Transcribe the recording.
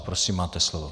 Prosím máte slovo.